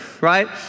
Right